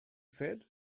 said